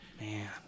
Man